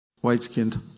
white-skinned